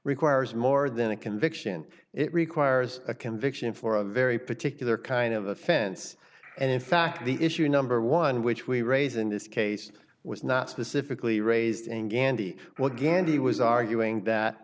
requires more than a conviction it requires a conviction for a very particular kind of offense and in fact the issue number one which we raise in this case was not specifically raised in gandy what gandy was arguing that